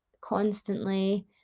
constantly